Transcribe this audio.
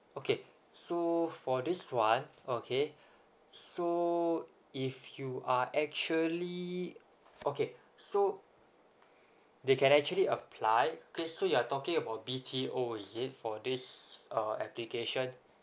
okay so for this one okay so if you are actually okay so they can actually apply okay so you're talking about B_T_O is it for this uh application